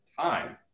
time